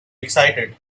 excited